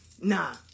Nah